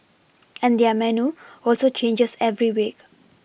and their menu also changes every week